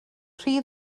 rhy